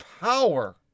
power